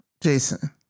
Jason